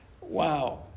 wow